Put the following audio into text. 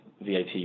VAT